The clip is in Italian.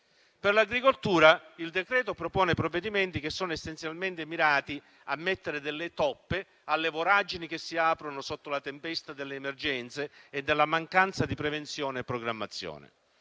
Per l'agricoltura il decreto propone provvedimenti che sono essenzialmente mirati a mettere delle toppe alle voragini che si aprono sotto la tempesta delle emergenze e della mancanza di prevenzione e programmazione.